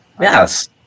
Yes